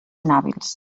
inhàbils